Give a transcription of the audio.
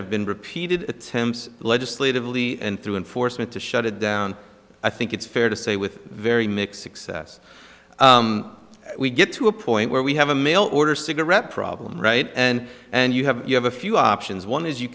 have been repeated attempts legislatively and through enforcement to shut it down i think it's fair to say with very mixed success we get to a point where we have a mail order cigarette problem right and then you have you have a few options one is you